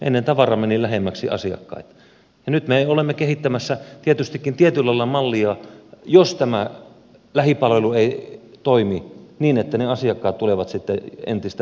ennen tavara meni lähemmäksi asiakkaita ja nyt me olemme kehittämässä tietystikin tietyllä tavalla mallia että jos tämä lähipalvelu ei toimi niin ne asiakkaat tulevat sitten entistä pidemmille matkoille siirtymään